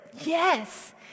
Yes